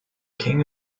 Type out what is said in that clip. king